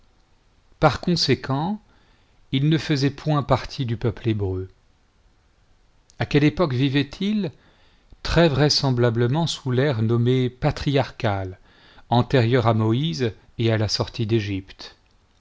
par conséquent il ne faisait point partie du peuple hébreu a quelle époque vivait-il très vraisemblablement sous l'ère nommée patriarcale antérieure à moïse et à la sortie d'egypte